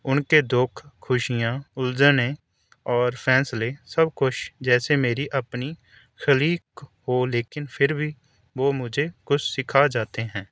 ان کے دکھ خوشیاں الجھنیں اور فیصلے سب کچھ جیسے میری اپنی تخلیق ہو لیکن پھر بھی وہ مجھے کچھ سکھا جاتے ہیں